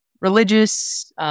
religious